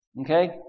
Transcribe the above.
Okay